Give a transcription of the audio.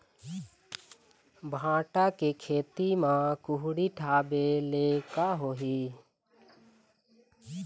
भांटा के खेती म कुहड़ी ढाबे ले का होही?